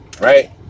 Right